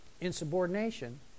insubordination